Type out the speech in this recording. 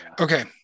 okay